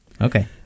Okay